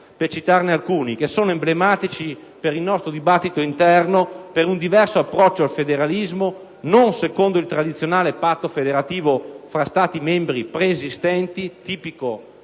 per citarne alcuni, che sono emblematici, per il nostro dibattito interno, di un diverso approccio al federalismo, non secondo il tradizionale patto federativo fra Stati membri preesistenti, tipico